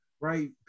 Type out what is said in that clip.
right